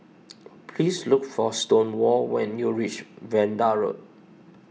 please look for Stonewall when you reach Vanda Road